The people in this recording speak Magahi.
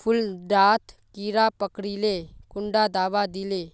फुल डात कीड़ा पकरिले कुंडा दाबा दीले?